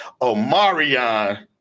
Omarion